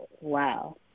Wow